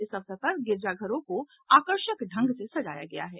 इस अवसर पर गिरिजाघरों को आकर्षक ढंग से सजाया गया है